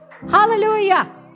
hallelujah